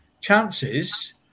chances